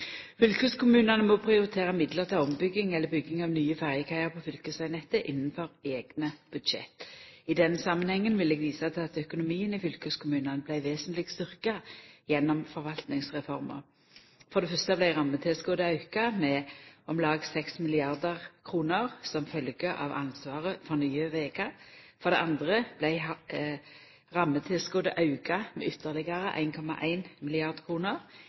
må prioritera midlar til ombygging eller bygging av nye ferjekaiar på fylkesvegnettet innanfor eigne budsjett. I den samanhengen vil eg visa til at økonomien til fylkeskommunane vart vesentleg styrkt gjennom forvaltningsreforma. For det fyrste vart rammetilskotet auka med om lag 6 mrd. kr som følgje av ansvaret for nye vegar. For det andre vart rammetilskotet auka med ytterlegare